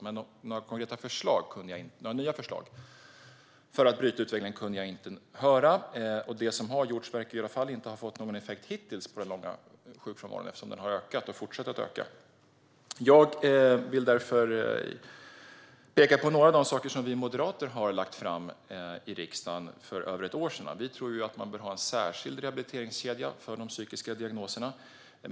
Men jag kunde inte höra några nya förslag för att bryta utvecklingen. Och det som har gjorts verkar i alla fall inte ha fått någon effekt hittills på den långa sjukfrånvaron, eftersom den har ökat och fortsätter att öka. Jag vill därför peka på några av de saker som vi moderater lade fram förslag om i riksdagen för över ett år sedan. Vi tror att man bör ha en särskild rehabiliteringskedja för de psykiska diagnoserna.